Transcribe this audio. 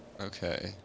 Okay